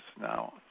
now